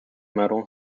metal